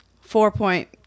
Four-point